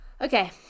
Okay